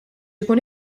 ikun